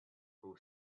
who